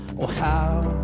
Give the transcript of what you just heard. well how,